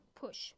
push